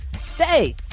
stay